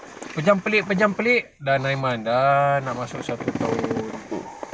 pejam celik pejam celik dah nine months dah nak masuk satu tahun